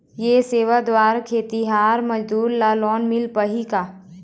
ये सेवा द्वारा खेतीहर मजदूर ला लोन मिल पाही का?